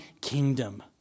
kingdom